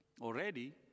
Already